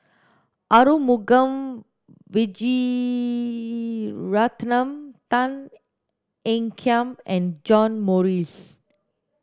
Arumugam Vijiaratnam Tan Ean Kiam and John Morrice